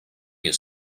you